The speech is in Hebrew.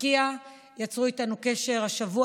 ארקיע יצרו איתנו קשר השבוע,